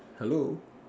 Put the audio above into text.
hello